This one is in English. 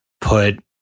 put